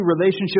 relationship